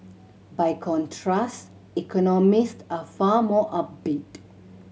by contrast economist are far more upbeat